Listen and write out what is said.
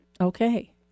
okay